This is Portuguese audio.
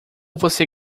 você